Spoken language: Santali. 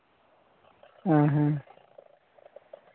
ᱚᱸᱻ ᱦᱮᱸ